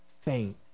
faint